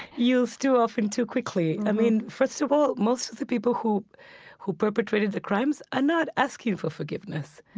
used too often too quickly. i mean, first of all, most of the people who who perpetrated the crimes are not asking for forgiveness.